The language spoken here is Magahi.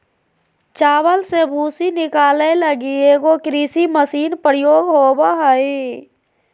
चावल से भूसी निकाले लगी एगो कृषि मशीन प्रयोग होबो हइ